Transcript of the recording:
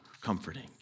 comforting